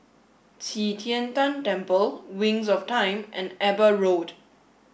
Qi Tian Tan Temple Wings of Time and Eber Road